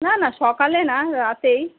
না না সকালে না রাতেই